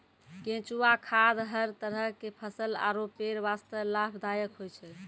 केंचुआ खाद हर तरह के फसल आरो पेड़ वास्तॅ लाभदायक होय छै